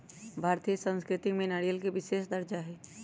भारतीय संस्कृति में नारियल के विशेष दर्जा हई